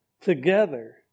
together